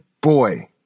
boy